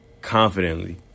confidently